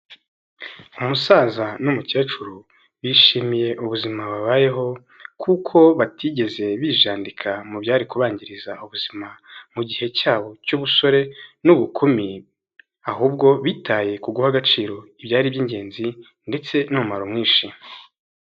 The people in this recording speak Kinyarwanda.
Umusaza n'umukecuru bishimiye ubuzima babayeho, kuko batigeze bijandika mu byari kubangiriza ubuzima mu gihe cyabo cy'ubusore n'ubukumi, ahubwo bitaye ku guha agaciro ibyari iby'ingenzi ndetse n'umumaro mwinshi.